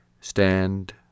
stand